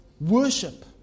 worship